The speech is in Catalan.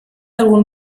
algun